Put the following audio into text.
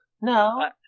No